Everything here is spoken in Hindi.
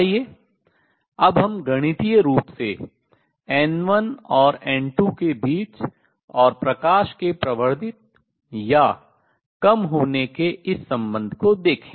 आइए अब हम गणितीय रूप से N1 और N2 के बीच और प्रकाश के प्रवर्धित बढ़ना या ह्रास कम होने के इस संबंध को देखें